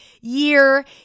year